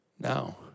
Now